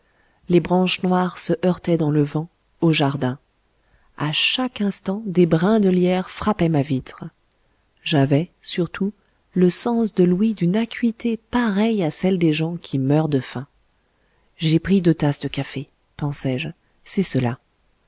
les branches noires se heurtaient dans le vent au jardin à chaque instant des brins de lierre frappaient ma vitre j'avais surtout le sens de l'ouïe d'une acuité pareille à celle des gens qui meurent de faim j'ai pris deux tasses de café pensai-je c'est cela